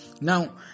Now